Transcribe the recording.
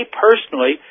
personally –